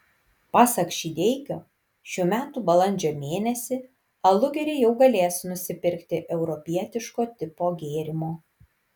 pasak šydeikio šių metų balandžio mėnesį alugeriai jau galės nusipirkti europietiško tipo gėrimo